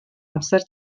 amser